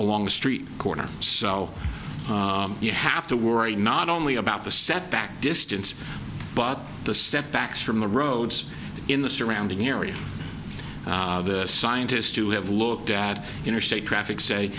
along the street corner so you have to worry not only about the setback distance but the step back from the roads in the surrounding area scientists who have looked at interstate traffic say